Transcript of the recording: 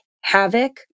havoc